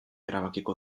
erabakiko